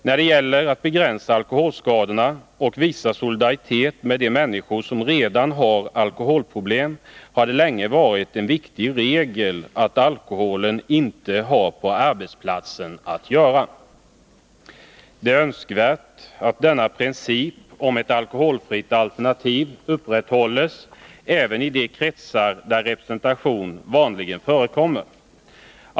När det gäller att begränsa alkoholskadorna och visa solidaritet med de människor som redan har alkoholproblem har det länge varit en viktig regel att alkoholen inte har på arbetsplatsen att göra. Det är önskvärt att denna princip om ett alkoholfritt arbetsliv upprätthålls även i de kretsar där representation vanligen förekommer.